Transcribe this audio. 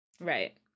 right